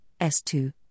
S2